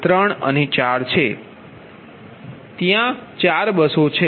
ત્યાં 4 બસો છે